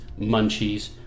Munchies